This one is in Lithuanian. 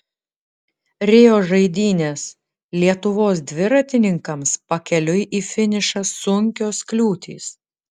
rio žaidynės lietuvos dviratininkams pakeliui į finišą sunkios kliūtys